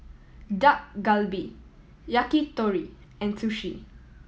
Dak Galbi Yakitori and Sushi